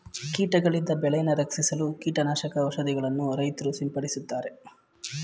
ಕೀಟಗಳಿಂದ ಬೆಳೆಯನ್ನು ರಕ್ಷಿಸಲು ಕೀಟನಾಶಕ ಔಷಧಿಗಳನ್ನು ರೈತ್ರು ಸಿಂಪಡಿಸುತ್ತಾರೆ